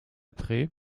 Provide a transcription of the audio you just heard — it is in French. après